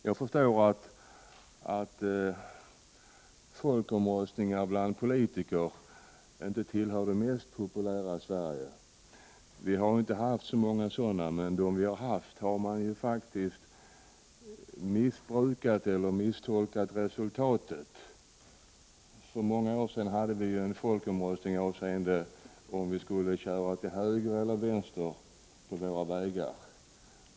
Jag förstår att folkomröstningar inte tillhör det mest populära bland politiker. Vi har inte haft så många sådana, men i fråga om dem vi haft har vi missbrukat eller misstolkat resultatet. För många år sedan hade vi en folkomröstning om högereller vänstertrafik på vägarna.